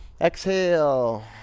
Exhale